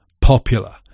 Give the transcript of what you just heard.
popular